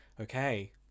okay